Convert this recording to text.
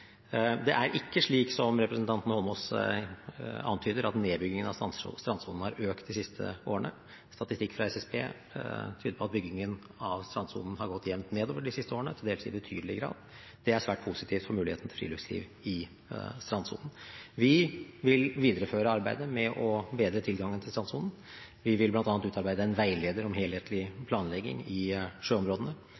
Det er ikke slik som representanten Eidsvoll Holmås antyder, at nedbyggingen av strandsonen har økt de siste årene. Statistikk fra SSB tyder på at byggingen i strandsonen har gått jevnt nedover de siste årene, til dels i betydelig grad. Det er svært positivt for muligheten for friluftsliv i strandsonen. Vi vil videreføre arbeidet med å bedre tilgangen til strandsonen. Vi vil bl.a. utarbeide en veileder om helhetlig